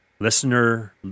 listener